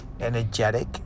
Energetic